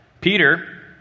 Peter